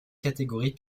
catégorie